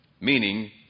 meaning